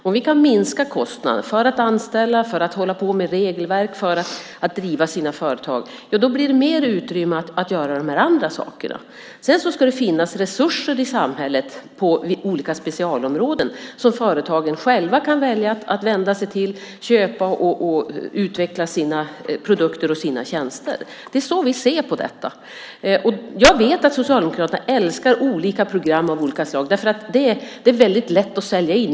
Om vi kan minska kostnaden för att anställa, för att hålla på med regelverk, för att driva sina företag blir det mer utrymme att göra de här andra sakerna. Sedan ska det finnas resurser i samhället på olika specialområden som företagen själva kan välja att vända sig till, köpa hjälp för att utveckla sina produkter och sina tjänster. Det är så vi ser på detta. Jag vet att Socialdemokraterna älskar program av olika slag, därför att det är väldigt lätt att sälja in.